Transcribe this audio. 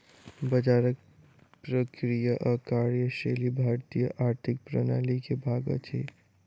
बजारक प्रक्रिया आ कार्यशैली भारतीय आर्थिक प्रणाली के भाग अछि